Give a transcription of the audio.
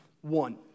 One